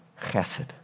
chesed